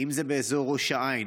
אם זה באזור ראש העין,